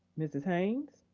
mrs. haynes.